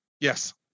yes